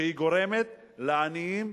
שגורמת לעניים